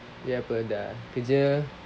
eh apa dah kerja